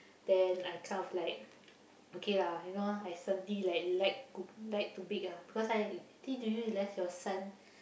then I kind of like okay lah you know I suddenly like like like to bake ah because I your son